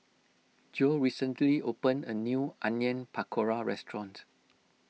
Jo recently opened a new Onion Pakora restaurant